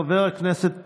חבר הכנסת פרוש,